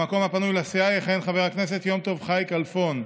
במקום הפנוי לסיעה יכהן חבר הכנסת יום טוב חי כלפון,